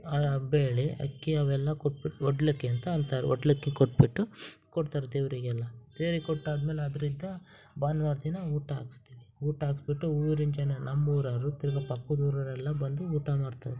ಬೇಳೆ ಅಕ್ಕಿ ಅವೆಲ್ಲ ಕೊಟ್ಬಿಟ್ಟು ಒಡಲಕ್ಕಿ ಅಂತ ಅಂತಾರೆ ಒಡಲಕ್ಕಿ ಕೊಟ್ಟುಬಿಟ್ಟು ಕೊಡ್ತಾರೆ ದೇವರಿಗೆಲ್ಲ ದೇವ್ರಿಗೆ ಕೊಟ್ಟಾದ್ಮೇಲೆ ಅದ್ರಿಂದ ಭಾನ್ವಾರ ದಿನ ಊಟ ಹಾಕಿಸ್ತೀವಿ ಊಟ ಹಾಕಿಸ್ಬಿಟ್ಟು ಊರಿನ ಜನ ನಮ್ಮ ಊರವರು ತಿರ್ಗಿ ಪಕ್ಕದೂರವ್ರೆಲ್ಲ ಬಂದು ಊಟ ಮಾಡ್ತಾರೆ